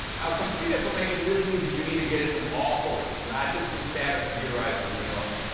now, complete information really means that you need to get it from all sources, not just the standard computerized as you know it.